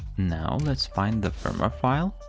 now let's find the firmware file,